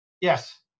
Yes